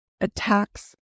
attacks